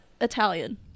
italian